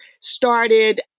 started